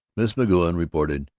miss mcgoun reported,